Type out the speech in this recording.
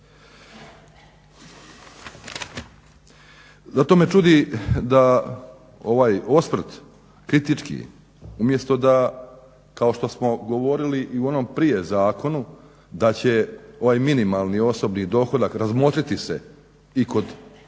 Zato me čudi da ovaj osvrt, kritički umjesto da kao što smo govorili i u onom prije zakonu da će ovaj minimalni osobni dohodak razmotriti se i kod,